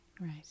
Right